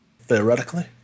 theoretically